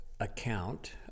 Account